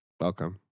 Welcome